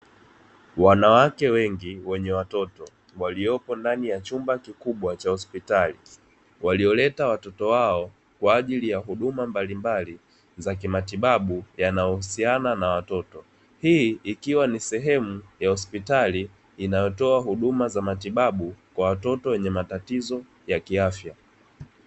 Wanawake wengi wenye watoto waliopo ndani ya chumba kikubwa cha hospitali, walioleta watoto wao kwa ajili ya huduma mbalimbali za kimatibabu yanayohusiana na watoto. Hii ikiwa ni sehemu ya hospitali inayotoa huduma za matibabu kwa watoto wenye matatizo ya kiafya.